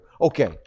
okay